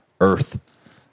earth